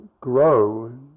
grow